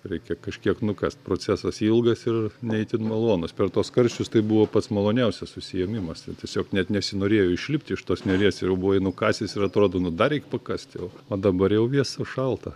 reikia kažkiek nukast procesas ilgas ir ne itin malonus per tuos karščius tai buvo pats maloniausias užsiėmimas tiesiog net nesinorėjo išlipti iš tos neries ir jau buvai nukasęs ir atrodo nu dar reik pakasti o o dabar jau vėsu šalta